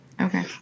Okay